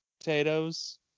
Potatoes